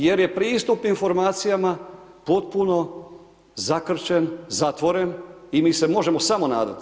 Jer je pristup informacijama potpuno zakrčen, zatvoren i mi se možemo samo nadati.